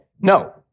no